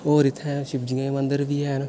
होर इत्थें शिव जी दे मंदर बी हैन